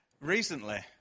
recently